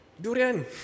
durian